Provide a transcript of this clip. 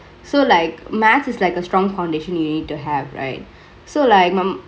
so like maths is like a strongk foundation you need to have right so like my mum